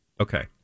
Okay